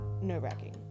nerve-wracking